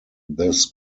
this